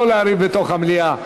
בתוך המליאה.